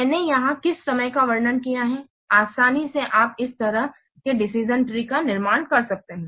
मैंने यहां किस समस्या का वर्णन किया है आसानी से आप इस तरह एक डिसिशन ट्री का निर्माण कर सकते हैं